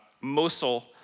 Mosul